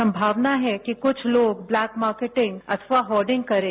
संभावना है कि क्छ लोग ब्लैक मार्केटिंग अथवा होडिंग करें